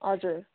हजुर